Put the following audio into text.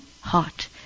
hot